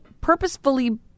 purposefully